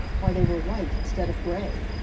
why, they were white, instead of gray!